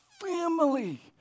family